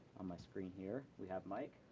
on my screen here, we have mike.